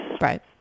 Right